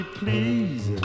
please